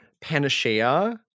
Panacea